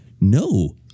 no